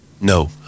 No